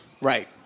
Right